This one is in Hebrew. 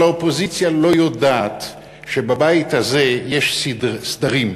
אבל האופוזיציה לא יודעת שבבית הזה יש סדרים,